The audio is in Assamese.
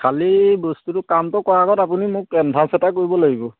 খালি বস্তুটো কামটো কৰাৰ আগত আপুনি মোক কেনভাছ এটা কৰিব লাগিব